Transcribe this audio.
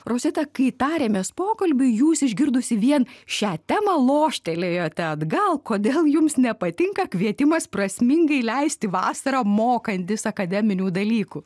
rosita kai tarėmės pokalbiui jūs išgirdusi vien šią temą loštelėjote atgal kodėl jums nepatinka kvietimas prasmingai leisti vasarą mokantis akademinių dalykų